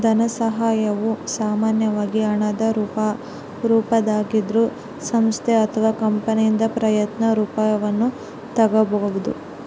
ಧನಸಹಾಯವು ಸಾಮಾನ್ಯವಾಗಿ ಹಣದ ರೂಪದಾಗಿದ್ರೂ ಸಂಸ್ಥೆ ಅಥವಾ ಕಂಪನಿಯಿಂದ ಪ್ರಯತ್ನ ರೂಪವನ್ನು ತಕ್ಕೊಬೋದು